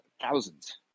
thousands